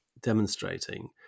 demonstrating